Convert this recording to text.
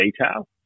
detail